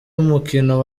umukino